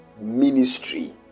ministry